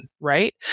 right